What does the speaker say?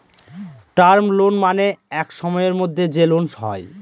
term loan মানে এক সময়ের মধ্যে যে লোন হয়